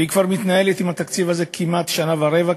שמתנהלת עם התקציב הזה כבר כמעט שנה ורבע,